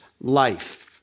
life